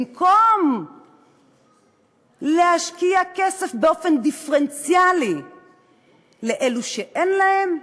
במקום להשקיע כסף באופן דיפרנציאלי באלו שאין להם,